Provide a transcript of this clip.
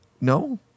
no